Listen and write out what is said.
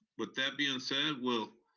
but that being said, we'll